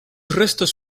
restos